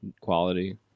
quality